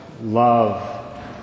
Love